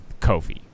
Kofi